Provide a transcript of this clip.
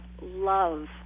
love